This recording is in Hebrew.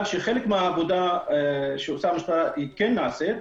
חלק מהעבודה שעושה המשטרה כן נעשית,